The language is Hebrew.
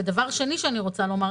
ודבר שני שאני רוצה לומר,